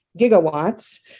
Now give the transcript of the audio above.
gigawatts